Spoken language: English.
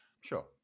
Sure